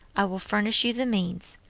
i will furnish you the means.